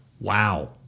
Wow